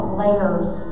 layers